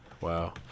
Wow